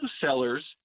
sellers